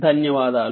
ధన్యవాదాలు